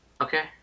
Okay